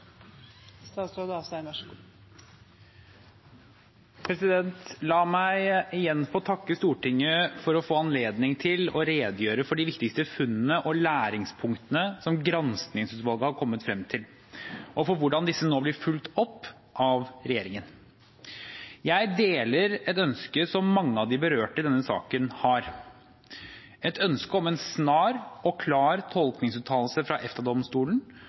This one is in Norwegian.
La meg igjen få takke Stortinget for å få anledning til å redegjøre for de viktigste funnene og læringspunktene granskingsutvalget har kommet frem til, og for hvordan disse nå blir fulgt opp av regjeringen. Jeg deler et ønske som mange av de berørte i denne saken har, et ønske om en snar og klar tolkningsuttalelse fra